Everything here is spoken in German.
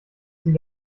sie